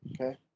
okay